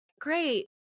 great